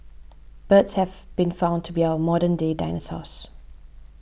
birds have been found to be our modern day dinosaurs